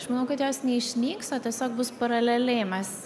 aš manau kad jos neišnyks o tiesiog bus paraleliai mes